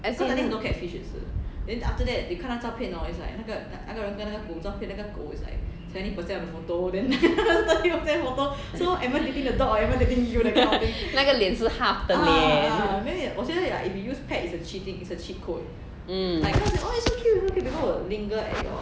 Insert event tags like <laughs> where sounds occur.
as in <laughs> 那个脸是 half 的脸 mm